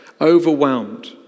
overwhelmed